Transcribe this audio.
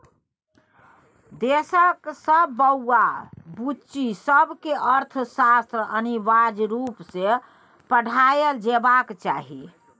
देशक सब बौआ बुच्ची सबकेँ अर्थशास्त्र अनिवार्य रुप सँ पढ़ाएल जेबाक चाही